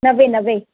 नवे नवे